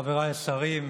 חבריי השרים,